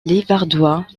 livradois